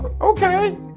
okay